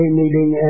meeting